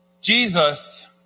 Jesus